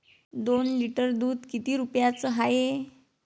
दोन लिटर दुध किती रुप्याचं हाये?